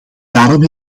daarom